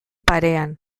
parean